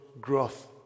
growth